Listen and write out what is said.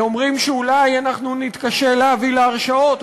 אומרים שאולי אנחנו נתקשה להביא להרשעות.